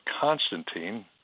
Constantine